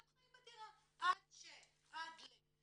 הם חיים בדירה עד ש, עד ל-.